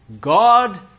God